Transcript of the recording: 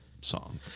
Song